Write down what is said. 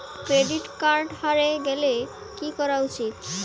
Credit card হারে গেলে কি করা য়ায়?